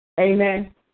Amen